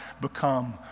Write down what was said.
become